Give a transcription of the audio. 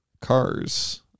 cars